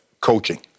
coaching